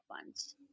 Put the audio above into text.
funds